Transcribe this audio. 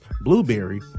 Blueberry